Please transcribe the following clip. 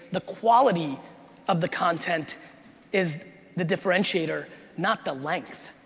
the quality of the content is the differentiator, not the length.